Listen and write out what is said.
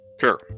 Sure